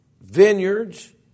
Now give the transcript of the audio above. vineyards